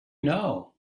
know